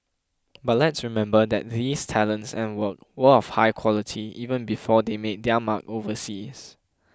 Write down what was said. but let's remember that these talents and work were of high quality even before they made their mark overseas